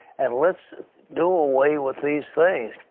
and let's do away with these things.